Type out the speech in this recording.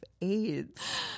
AIDS